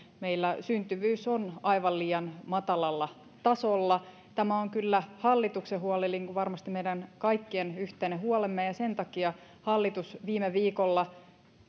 meillä syntyvyys on aivan liian matalalla tasolla tämä on kyllä hallituksen huoli niin kuin varmasti meidän kaikkien yhteinen huolemme ja sen takia hallitus viime viikolla